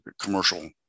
commercial